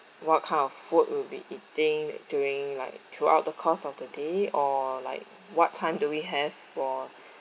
what kind of food we'll be eating during like throughout the course of the day or like what time do we have for